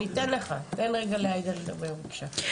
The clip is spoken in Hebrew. תן רגע לעאידה לדבר בבקשה.